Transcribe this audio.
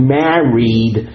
married